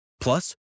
Plus